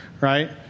right